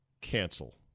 cancel